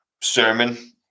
Sermon